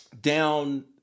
down